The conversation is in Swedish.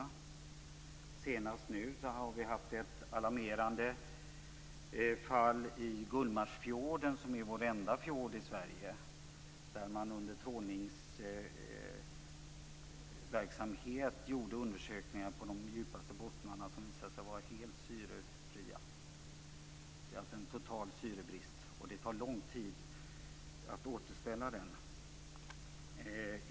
Vi senast haft ett alarmerande fall i Gullmarsfjorden, som är vår enda fjord i Sverige. Under trålningsverksamhet gjorde man undersökningar på de djupaste bottnarna, som visade sig vara helt syrefria. Det är fråga om en total syrebrist, och det tar lång tid att få tillbaka syret.